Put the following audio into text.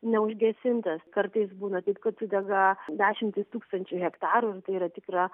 neužgesintas kartais būna taip kad sudega dešimtys tūkstančiai hektarų yra tikra